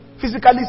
physically